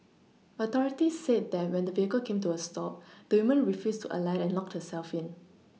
authorities said that when the vehicle came to a stop the woman refused to alight and locked herself in